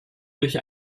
durch